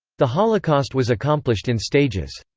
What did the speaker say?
the holocaust was accomplished in stages.